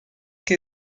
que